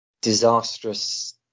disastrous